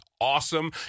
awesome